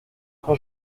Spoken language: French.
quand